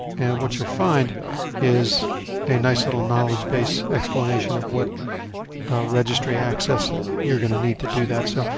what you will find is a nice little knowledge base explanation of what registry access that you are going to need to do that. so,